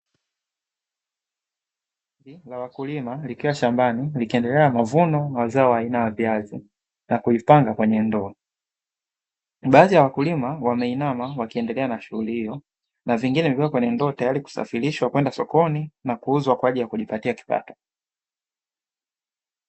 Wakulima likiwa shambani, likiendelea na mavuno ya zao aina ya viazi na kuvipanga kwenye ndoo. Baadhi ya wakulima wameinama wakiendelea na shughuli hiyo. Na vingine vikiwekwa kwenye ndoo tayari kwa kuvisafirishwa kwenda sokoni kwa kuuzwa kwa ajili ya kujipatia kipato.